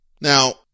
Now